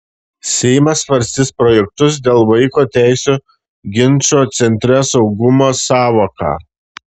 seimas svarstys projektus dėl vaiko teisių ginčo centre saugumo sąvoka